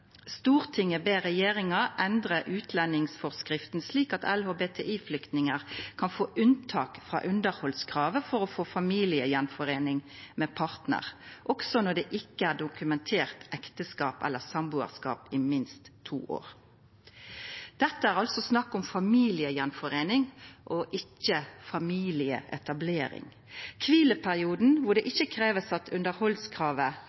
ber regjeringen endre utlendingsforskriften slik at LHBTI-flyktninger kan få unntak fra underholdskravet for å få familiegjenforening med partner, også når det ikke er dokumentert ekteskap eller samboerskap i minst 2 år.» Dette er altså snakk om attendeføring av familie, ikkje familieetablering. Kvileperioden der det